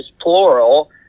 plural